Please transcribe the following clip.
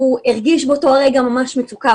הוא הרגיש באותו רגע ממש מצוקה,